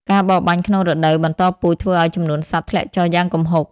ការបរបាញ់ក្នុងរដូវបន្តពូជធ្វើឱ្យចំនួនសត្វធ្លាក់ចុះយ៉ាងគំហុក។